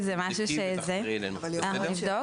אנחנו נבדוק.